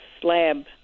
slab